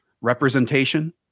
representation